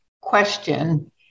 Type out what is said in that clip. question